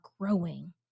growing